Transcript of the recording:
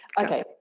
Okay